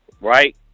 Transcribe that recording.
right